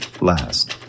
last